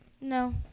No